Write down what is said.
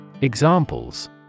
Examples